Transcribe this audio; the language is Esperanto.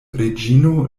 reĝino